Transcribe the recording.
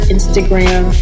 Instagram